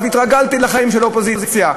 התרגלתי לחיים של אופוזיציה,